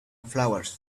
flowers